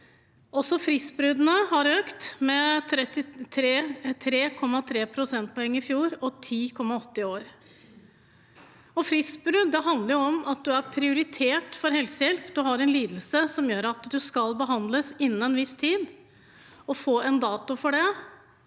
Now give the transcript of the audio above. fristbruddene har økt med 3,3 prosentpoeng i fjor og ligger på 10,8 pst. i år. Fristbrudd handler om at man er prioritert for helsehjelp, at man har en lidelse som gjør at man skal behandles innen en viss tid og få en dato for det,